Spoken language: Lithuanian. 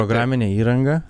programinė įranga